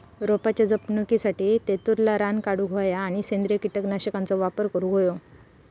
रोपाच्या जपणुकीसाठी तेतुरला रान काढूक होया आणि सेंद्रिय कीटकनाशकांचो वापर करुक होयो